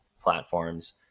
platforms